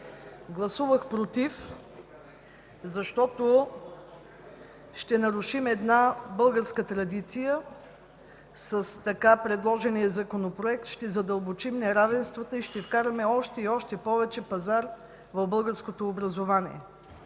Гласувах против, защото ще нарушим една българска традиция. С така предложения Законопроект ще задълбочим неравенствата и ще вкараме още и още повече пазар в българското образование.